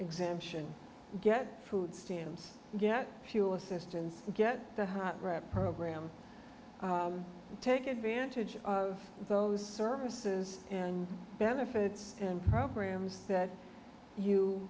exemption get food stamps get fuel assistance get the hot wrap program take advantage of those services and benefits and programs that